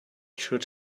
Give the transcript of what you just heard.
should